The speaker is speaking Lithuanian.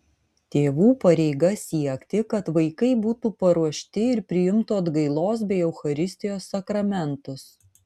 tėvų pareiga siekti kad vaikai būtų paruošti ir priimtų atgailos bei eucharistijos sakramentus